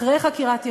אחרי חקירת יכולת,